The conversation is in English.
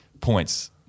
points